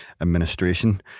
administration